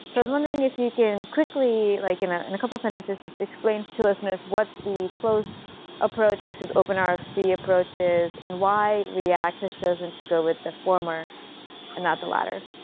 wondering if you can quickly, like in ah and a couple of sentences, just explain to listeners what the closed approach versus open ah rfc approach is and why react has chosen to go with the former and not the later.